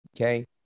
Okay